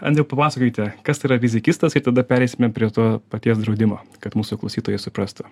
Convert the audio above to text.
andriau papasakokite kas tai yra rizikistas ir tada pereisime prie to paties draudimo kad mūsų klausytojai suprastų